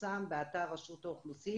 שפורסם באתר רשות האוכלוסין,